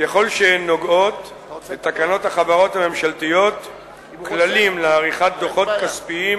ככל שהן נוגעות לתקנות החברות הממשלתיות (כללים לעריכת דוחות כספיים